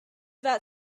that